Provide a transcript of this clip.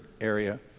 area